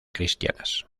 cristianas